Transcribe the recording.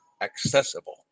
accessible